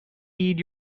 heed